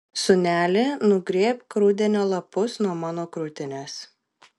sūneli nugrėbk rudenio lapus nuo mano krūtinės